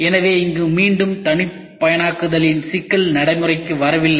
எனவே இங்கே மீண்டும் தனிப்பயனாக்குதலின் சிக்கல் நடைமுறைக்கு வரவில்லை